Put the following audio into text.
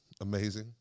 amazing